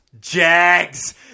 Jags